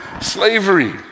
slavery